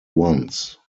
once